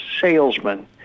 salesman